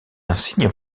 insigne